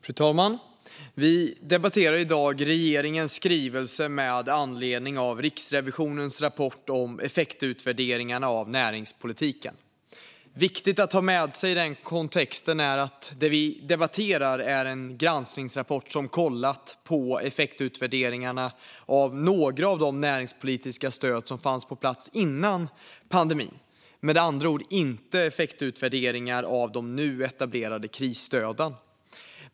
Fru talman! Vi debatterar i dag regeringens skrivelse med anledning av Riksrevisionens rapport om effektutvärderingarna av näringspolitiken. Viktigt att ha med sig i den här kontexten är att vi debatterar en granskningsrapport som har tittat på effektutvärderingarna av några av de näringspolitiska stöd som fanns på plats före pandemin - med andra ord inte effektutvärderingar av de nu etablerade krisstöden.